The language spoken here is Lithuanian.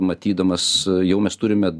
matydamas jau mes turime